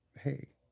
hey